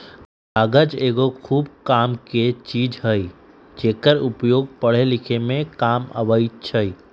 कागज एगो खूब कामके चीज हइ जेकर उपयोग पढ़े लिखे में काम अबइ छइ